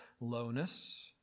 lowness